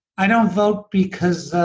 i don't vote because